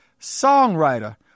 songwriter